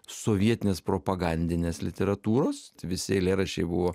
sovietinės propagandinės literatūros visi eilėraščiai buvo